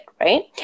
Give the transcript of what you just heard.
right